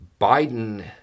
Biden